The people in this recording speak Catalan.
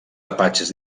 apatxes